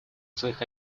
своих